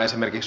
hen